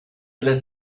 lässt